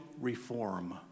reform